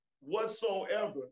whatsoever